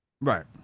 Right